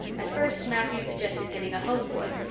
at first matthew suggested getting a home boy.